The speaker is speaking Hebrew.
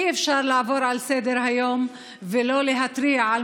אי-אפשר לעבור לסדר-היום ולא להתריע על